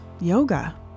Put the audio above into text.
yoga